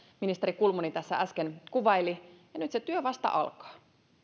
ministeri kulmuni tässä äsken kuvaili ja nyt se työ vasta alkaa